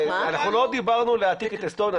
אנחנו לא דיברנו להעתיק את אסטוניה.